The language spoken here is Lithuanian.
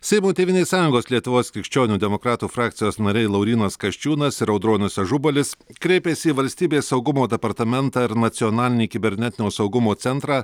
seimo tėvynės sąjungos lietuvos krikščionių demokratų frakcijos nariai laurynas kasčiūnas ir audronius ažubalis kreipėsi į valstybės saugumo departamentą ir nacionalinį kibernetinio saugumo centrą